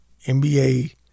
NBA